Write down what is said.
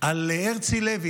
על הרצי הלוי,